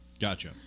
Gotcha